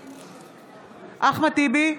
בעד אחמד טיבי,